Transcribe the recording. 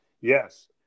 yes